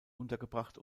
untergebracht